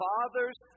Father's